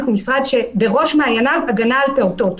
אנחנו משרד שבראש מעייניו הגנה על פעוטות.